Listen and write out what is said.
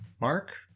Mark